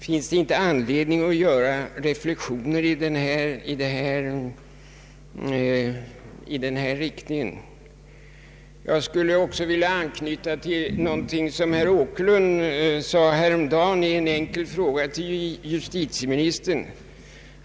Finns det inte anledning att göra reflexioner i den riktningen? Jag skulle också vilja anknyta till någonting som herr Åkerlund yttrade häromdagen i en enkel fråga till justitieministern.